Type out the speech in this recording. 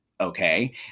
okay